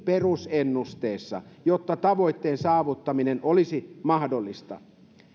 perusennusteessa jotta tavoitteen saavuttaminen olisi mahdollista